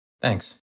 Thanks